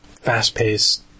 Fast-paced